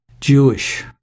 Jewish